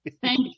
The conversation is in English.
Thank